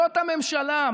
זאת הממשלה.